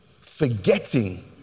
forgetting